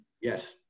Yes